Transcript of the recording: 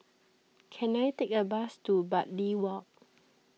can I take a bus to Bartley Walk